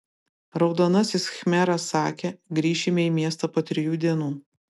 raudonasis khmeras sakė grįšime į miestą po trijų dienų